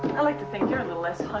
i like to think you're a little less hung